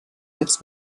jetzt